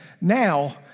Now